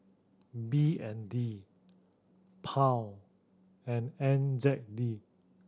B N D Pound and N Z D